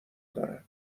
دارن